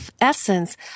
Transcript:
essence